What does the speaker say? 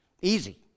Easy